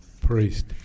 priest